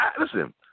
listen